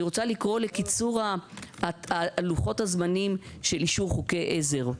אני רוצה לקרוא לקיצור לוחות הזמנים של אישור חוקי עזר.